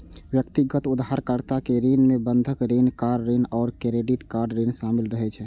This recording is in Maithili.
व्यक्तिगत उधारकर्ता के ऋण मे बंधक ऋण, कार ऋण आ क्रेडिट कार्ड ऋण शामिल रहै छै